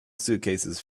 suitcases